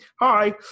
Hi